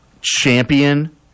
champion